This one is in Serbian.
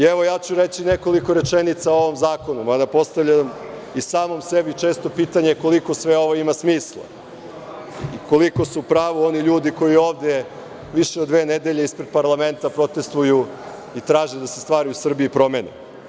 Reći ću nekoliko rečenica i o ovom zakonu, mada, i samom sebi često postavljam pitanje – koliko sve ovo ima smisla i koliko su u pravu oni ljudi koji ovde više od dve nedelje ispred parlamenta protestuju i traže da se stvari u Srbiji promene?